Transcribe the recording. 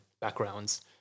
backgrounds